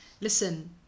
Listen